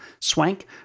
Swank